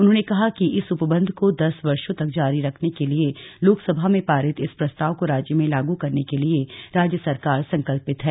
उन्होंने कहा कि इस उपबंध को दस वर्षो तक जारी रखने के लिए लोक सभा में पारित इस प्रस्ताव को राज्य में लागू करने के लिए राज्य सरकार संकल्पित है